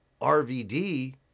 RVD